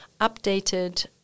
updated